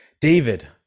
David